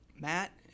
Matt